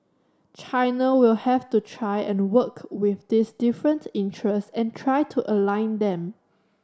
China will have to try and work with these different interest and try to align them